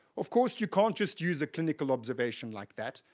of course, you can't just use a clinical observation like that.